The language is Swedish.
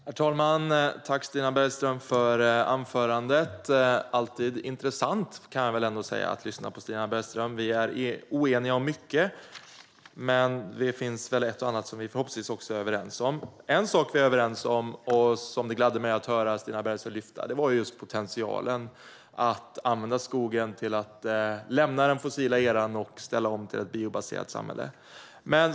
Herr talman! Tack, Stina Bergström, för anförandet! Det är alltid intressant att lyssna på Stina Bergström. Vi är oeniga om mycket, men det finns väl ett och annat som vi förhoppningsvis också är överens om. En sak som vi är överens om, som det gladde mig att höra Stina Bergström lyfta upp, är just potentialen att använda skogen för att lämna den fossila eran och ställa om till ett biobaserat samhälle.